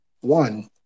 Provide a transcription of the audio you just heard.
one